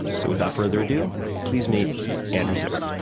so without further ado, please meet andrew zimmern.